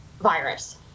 virus